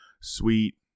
sweet